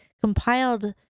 compiled